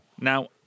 Now